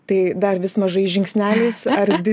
tai dar vis mažais žingsneliais ar